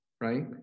right